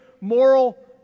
moral